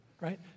right